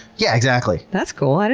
yeah, exactly. that's cool. i